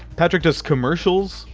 patrick does commercials,